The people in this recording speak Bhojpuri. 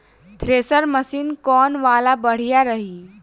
थ्रेशर मशीन कौन वाला बढ़िया रही?